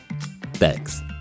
Thanks